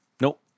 Nope